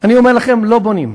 אני אומר לכם: לא בונים.